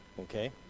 Okay